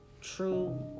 true